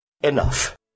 enough